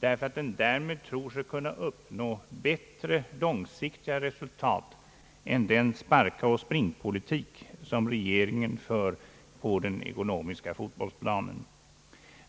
därför att den därmed tror sig kunna uppnå bättre långsiktiga resultat än den sparka och spring-politik som regeringen för på den ekonomiska fotbollsplanen.